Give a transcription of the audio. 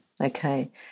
okay